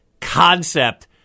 concept